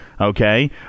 Okay